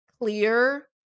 clear